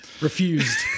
Refused